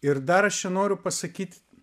ir dar aš čia noriu pasakyti